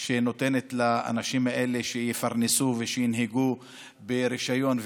הזאת נותנת לאנשים האלה להתפרנס ולנהוג ברישיון,